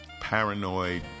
paranoid